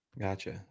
Gotcha